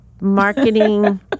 marketing